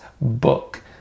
book